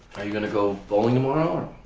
are you going to go bowling, tomorrow?